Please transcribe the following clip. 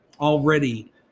already